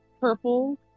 purple